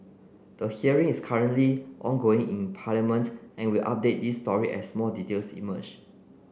the hearing is currently ongoing in Parliament and we update this story as more details emerge